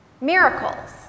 Miracles